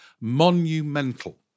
monumental